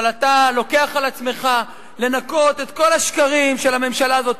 אבל אתה לוקח על עצמך לנקות את כל השקרים של הממשלה הזאת.